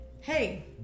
Hey